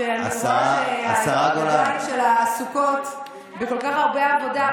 שאני רואה שהידיים שלה עסוקות בכל כך הרבה עבודה,